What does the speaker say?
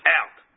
out